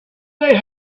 they